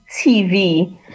tv